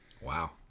Wow